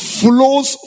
flows